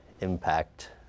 impact